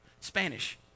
Spanish